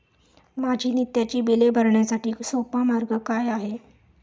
माझी नित्याची बिले भरण्यासाठी सोपा मार्ग काय आहे?